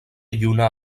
lluna